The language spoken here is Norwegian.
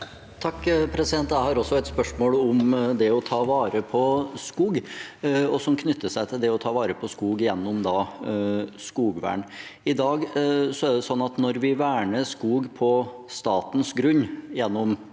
(SV) Jeg har også et spørsmål om det å ta vare på skog, og det knytter seg til det å ta vare på skog gjennom skogvern. I dag er det sånn at når vi verner skog på statens grunn gjennom